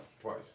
twice